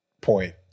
point